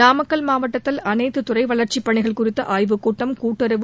நாமக்கல் மாவட்டத்தில் அனைத்துத் துறை வளா்ச்சிப் பணிகள் குறித்த ஆய்வுக்கூட்டம் கூட்டுறவு